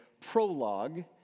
prologue